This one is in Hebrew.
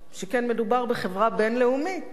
שכן מדובר בחברה בין-לאומית.